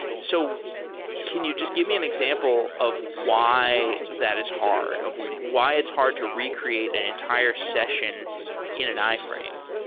so can you just give me an example of why that is hard? of why it's hard to recreate an entire session in an iframe?